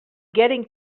getting